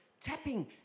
tapping